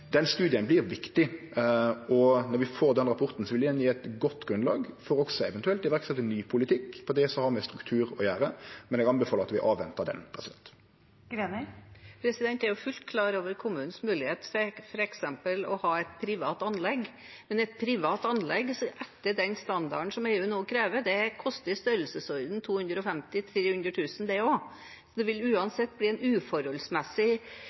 Den studien vert viktig, og når vi får den rapporten, vil han gje eit godt grunnlag for eventuelt også å setje i verk ny politikk for det som har med struktur å gjere, men eg anbefaler at vi ventar på den. Jeg er fullt klar over kommunens mulighet til f.eks. å ha et privat anlegg, men et privat anlegg etter den standarden som EU nå krever, koster i størrelsesordenen 250 000–300 000 kr. Det vil uansett bli en uforholdsmessig